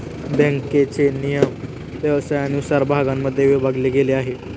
बँकेचे नियमन व्यवसायानुसार भागांमध्ये विभागले गेले आहे